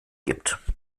gibt